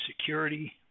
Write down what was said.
security